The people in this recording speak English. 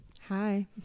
Hi